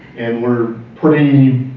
and we're pretty,